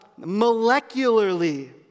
molecularly